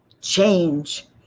change